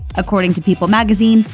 according to people magazine,